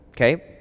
okay